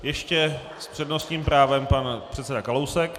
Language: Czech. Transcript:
Ještě s přednostním právem pan předseda Kalousek.